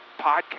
podcast